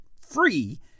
free